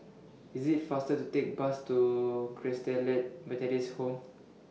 IS IT faster to Take Bus to Christalite Methodist Home